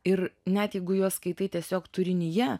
ir net jeigu juos skaitai tiesiog turinyje